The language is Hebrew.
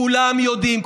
כולם יודעים,